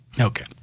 Okay